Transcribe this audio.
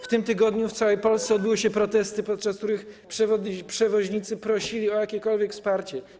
W tym tygodniu w całej Polsce odbyły się protesty, podczas których przewoźnicy prosili o jakiekolwiek wsparcie.